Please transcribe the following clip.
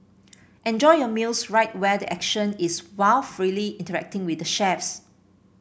enjoy your meals right where the action is while freely interacting with the chefs